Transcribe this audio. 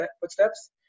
footsteps